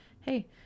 Hey